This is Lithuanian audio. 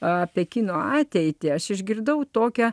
apie kino ateitį aš išgirdau tokią